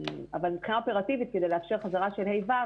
אבל מבחינה אופרטיבית כדי לאפשר חזרה של ה'-ו',